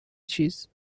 چیز